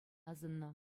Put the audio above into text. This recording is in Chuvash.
асӑннӑ